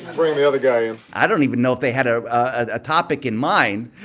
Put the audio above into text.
bring the other guy in i don't even know if they had a ah topic in mind,